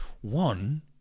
one